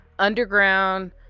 underground